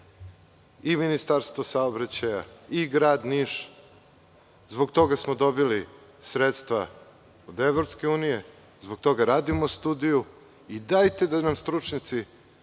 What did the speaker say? i Ministarstvom saobraćaja i Gradom Niš. Zbog toga smo dobili sredstva od EU. Zbog toga radimo studiju, i dajte da nam stručnjaci